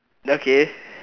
okay